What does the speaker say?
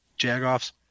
Jagoffs